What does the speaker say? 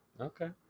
Okay